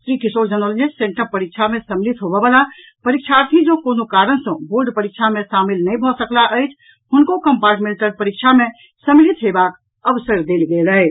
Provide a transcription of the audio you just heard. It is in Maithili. श्री किशोर जनौलनि जे सेंटअप परीक्षा मे सम्मिलित होवऽवला परीक्षार्थी जँ कोनो कारण सँ बोर्ड परीक्षा मे शामिल नहि भऽ सकलाह अछि हुनका कम्पार्टमेंटल परीक्षा मे सम्मिलित हेवाक अवसरि देल गेल अछि